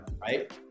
Right